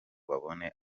babone